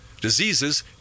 diseases